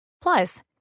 Plus